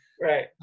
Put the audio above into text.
Right